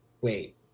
Wait